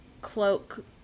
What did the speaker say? cloak